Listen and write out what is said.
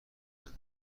نده